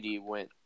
went